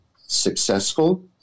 successful